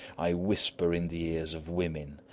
i whisper in the ears of women,